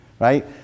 right